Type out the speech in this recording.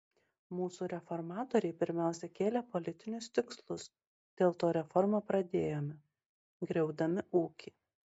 mūsų reformatoriai pirmiausia kėlė politinius tikslus dėl to reformą pradėjome griaudami ūkį